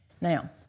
Now